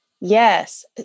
Yes